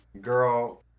Girl